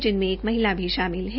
जिनमें एक महिला भी शामिल है